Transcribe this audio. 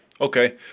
Okay